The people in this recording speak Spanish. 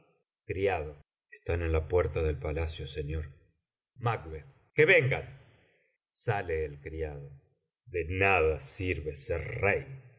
mandato están en la puerta del palacio señor que vengan saie ei criado de nada sirve ser rey